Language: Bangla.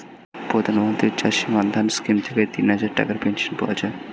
প্রধানমন্ত্রী চাষী মান্ধান স্কিম থেকে তিনহাজার টাকার পেনশন পাওয়া যায়